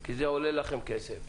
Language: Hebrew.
כי זה עולה לכם כסף.